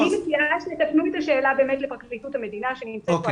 אני מציעה שתפנו את השאלה לפרקליטות המדינה שנמצאת כאן